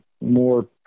more